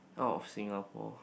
out of Singapore